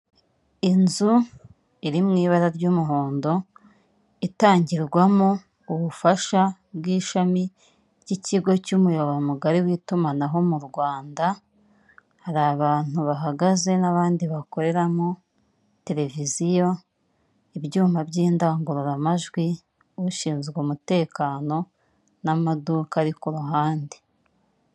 Inzu iri mu ibara ry'umuhondo itangirwamo ubufasha bw'ishami ry'ikigo cy'umuyoboro mugari w'itumanaho mu Rwanda, hari abantu bahagaze n'abandi bakoreramo televiziyo, ibyuma by'indangururamajwi, ushinzwe umutekano n'amaduka ari ku ruhande.